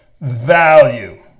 value